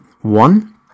one